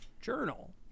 Journal